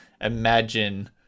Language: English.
imagine